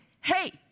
hey